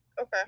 Okay